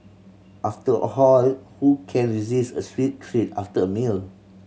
after all whole who can resist a sweet treat after a meal